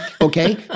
okay